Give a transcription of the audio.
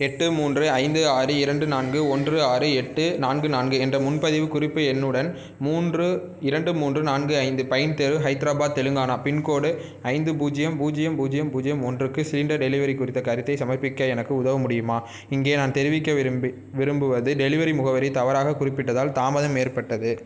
எட்டு மூன்று ஐந்து ஆறு இரண்டு நான்கு ஒன்று ஆறு எட்டு நான்கு நான்கு என்ற முன்பதிவு குறிப்பு எண்ணுடன் மூன்று இரண்டு மூன்று நான்கு ஐந்து பைன் தெரு ஹைதராபாத் தெலுங்கானா பின்கோடு ஐந்து பூஜ்ஜியம் பூஜ்ஜியம் பூஜ்ஜியம் பூஜ்ஜியம் ஒன்றுக்கு சிலிண்டர் டெலிவரி குறித்த கருத்தைச் சமர்ப்பிக்க எனக்கு உதவ முடியுமா இங்கே நான் தெரிவிக்க விரும்பி விரும்புவது டெலிவரி முகவரி தவறாக குறிப்பிட்டதால் தாமதம் ஏற்பட்டது